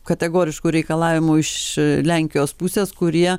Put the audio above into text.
kategoriškų reikalavimų iš lenkijos pusės kurie